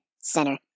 center